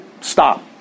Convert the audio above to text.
stop